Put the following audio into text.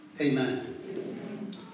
Amen